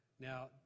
Now